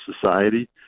society